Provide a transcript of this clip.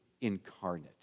incarnate